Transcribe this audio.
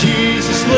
Jesus